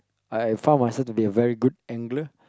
I found myself to be a very good angler